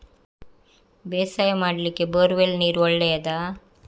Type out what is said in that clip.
ಬೇಸಾಯ ಮಾಡ್ಲಿಕ್ಕೆ bore well ನೀರು ಒಳ್ಳೆಯದಾ?